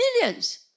millions